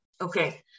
okay